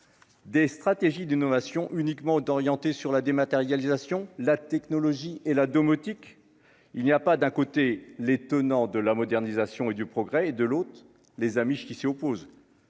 des stratégies d'une ovation uniquement d'orienter sur la dématérialisation, la technologie et la domotique, il n'y a pas d'un côté les tenants de la modernisation et du progrès et de l'autre, les Amish qui s'y opposent,